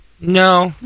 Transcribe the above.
No